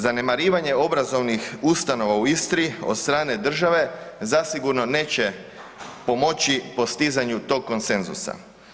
Zanemarivanje obrazovnih ustanova u Istri od strane države zasigurno neće pomoći postizanju tog konsenzusa.